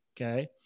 Okay